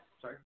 sorry